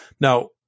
Now